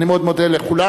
אני מאוד מודה לכולם.